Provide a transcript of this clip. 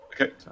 Okay